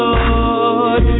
Lord